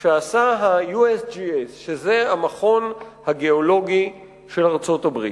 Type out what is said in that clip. שעשה ה-USGS, המכון הגיאולוגי של ארצות-הברית,